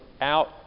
out